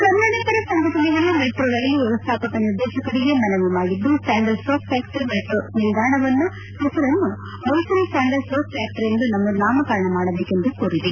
ಕನ್ನಡಪರ ಸಂಘಟನೆಗಳು ಮೆಟೋ ರೈಲು ವ್ಯವಸ್ಥಾಪಕ ನಿರ್ದೇಶಕರಿಗೆ ಮನವಿ ಮಾಡಿದ್ದು ಸ್ಕಾಂಡಲ್ಸೋಪ್ ಫ್ವಾಕ್ಷರಿ ಮೆಟ್ರೋ ನಿಲ್ದಾಣವನ್ನು ಹೆಸರನ್ನು ಮೈಸೂರ್ ಸ್ಕಾಂಡಲ್ ಸೋಪ್ ಫ್ಕಾಕ್ಷರಿ ಎಂದು ಮರುನಾಮಕರಣ ಮಾಡಬೇಕೆಂದು ಕೋರಿದೆ